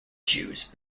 jews